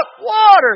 water